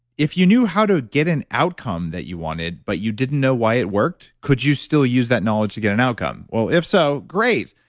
if you knew how to get an outcome that you wanted, but you didn't know why it worked, could you still use that knowledge to get an outcome? well, if so, great.